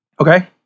Okay